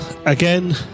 Again